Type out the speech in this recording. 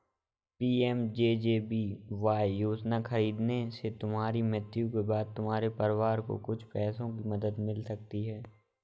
PMJJBY योजना खरीदने से तुम्हारी मृत्यु के बाद तुम्हारे परिवार को कुछ पैसों की मदद मिल सकती है